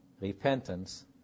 repentance